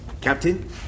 Captain